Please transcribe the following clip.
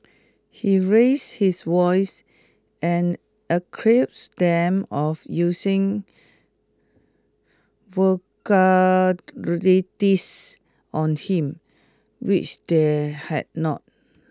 he raised his voice and accused them of using on him which they had not